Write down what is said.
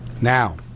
Now